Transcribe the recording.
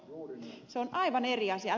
se on aivan eri asia